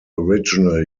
original